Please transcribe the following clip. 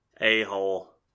a-hole